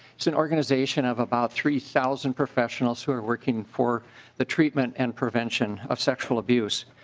it's an organization of about three thousand professionals were working for the treatment and prevention of sexual abuse.